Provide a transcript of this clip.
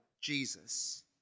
Jesus